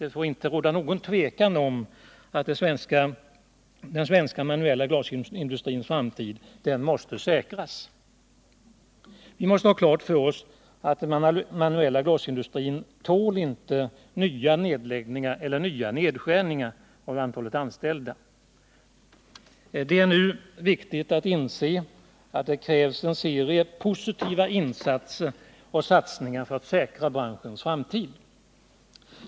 Det får inte råda något tvivel om att den svenska manuella glasindustrins framtid måste säkras. Vi måste också ha klart för oss att den manuella glasindustrin inte tål nya nedläggningar eller nya nedskärningar av antalet anställda. Det är nu viktigt att inse att det krävs en serie positiva insatser och satsningar för att säkra branschens framtid.